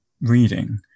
reading